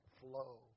flow